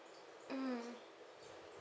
mm